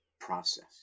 process